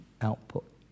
output